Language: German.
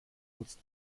nutzt